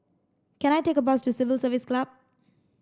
can I take a bus to Civil Service Club